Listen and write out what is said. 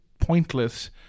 pointless